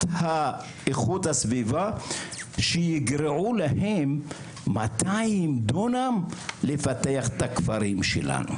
איכות הסביבה שיגרעו להם 200 דונם לפתח את הכפרים שלנו.